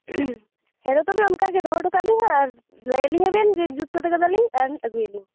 ᱦᱮᱸ ᱛᱳ ᱛᱚᱵᱮ ᱚᱱᱠᱟ ᱜᱮ ᱫᱚᱦᱚ ᱦᱚᱴᱚ ᱠᱟᱜᱼᱟ ᱞᱤᱧ ᱦᱟᱸᱜ ᱟᱨ ᱞᱟᱹᱭ ᱟᱹᱞᱤᱧᱟᱵᱮᱱ ᱡᱮ ᱡᱩᱛ ᱥᱟᱹᱛ ᱟᱠᱟᱫᱟᱞᱤᱧ ᱟᱨ ᱟᱹᱜᱩᱭᱟᱞᱤᱧ